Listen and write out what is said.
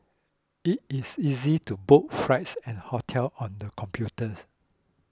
it is easy to book flights and hotel on the computers